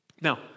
Now